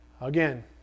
Again